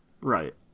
Right